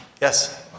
Yes